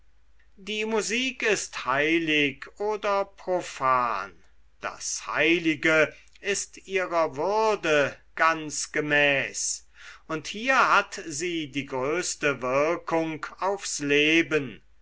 die musik ist heilig oder profan das heilige ist ihrer würde ganz gemäß und hier hat sie die größte wirkung aufs leben